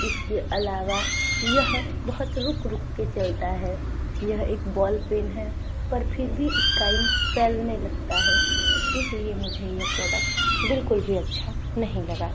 इसके अलावा यह बहुत रुक रुक के चलता है यह एक बॉल पेन है पर फिर भी इसका इंक फैलने लगता है इसलिए मुझे यह प्रोडक्ट बिल्कुल भी अच्छा नहीं लगा